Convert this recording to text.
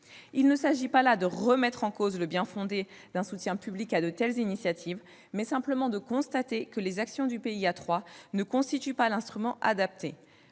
Il ne s'agit pas de remettre en cause le bien-fondé d'un soutien public à de telles initiatives ; nous constatons simplement que les actions du PIA 3 ne constituent pas l'instrument adapté.